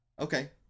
Okay